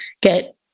get